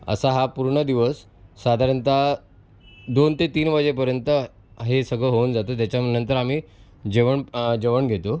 असा हा पूर्ण दिवस साधारणत दोन ते तीन वाजेपर्यंत हे सगळं होऊन जातं त्याच्यानंतर आम्ही जेवण जेवण घेतो